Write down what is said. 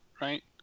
right